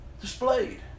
Displayed